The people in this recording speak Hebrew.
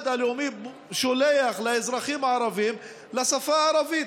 לביטוח לאומי שולח לאזרחים הערבים לשפה הערבית.